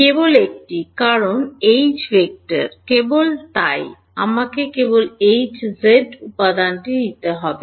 কেবল একটি কারণ ভেক্টর কেবল তাই আমাকে কেবল Hz উপাদানটি নিতে হবে